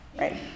right